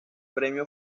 premio